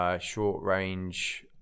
short-range